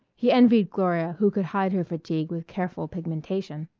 he envied gloria who could hide her fatigue with careful pigmentation.